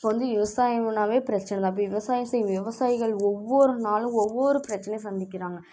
இப்போ வந்து விவசாயமுன்னாவே பிரச்சனைதான் விவசாயம் செய்யும் விவசாயிகள் ஒவ்வொரு நாளும் ஒவ்வொரு பிரச்சனையை சந்திக்கிறாங்க